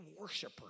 worshiper